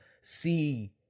see